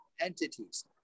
entities